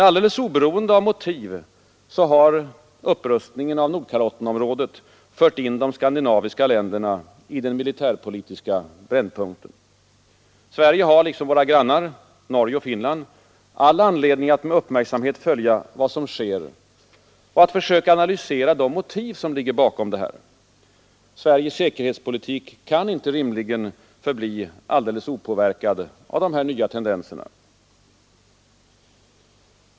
Alldeles oberoende av motiv, har upprustningen av Nordkalottenområdet fört in de skandinaviska länderna i den militärpolitiska brännpunkten. Sverige har — liksom våra grannar Norge och Finland — all anledning att med uppmärksamhet följa vad som sker och att försöka analysera de motiv som ligger bakom detta. Sveriges säkerhetspolitik kan inte rimligen förbli alldeles opåverkad av dessa nya tendenser.